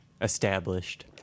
Established